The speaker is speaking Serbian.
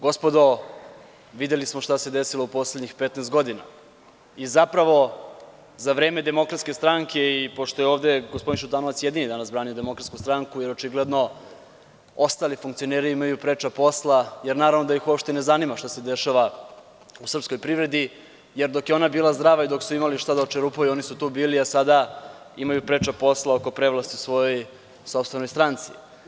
Gospodo, videli smo šta se desilo poslednjih 15 godina i zapravo za vreme DS i pošto je ovde gospodin Šutanovac jedini danas branio DS i očigledno ostali funkcioneri imaju preča posla, jer naravno da ih uopšte ne zanima šta se dešava u srpskoj privredi, jer dok je ona bila zdrava i dok su imali šta da očerupaju oni su tu bili, a sada imaju preča posla oko prevlasti u svojoj sopstvenoj stranci.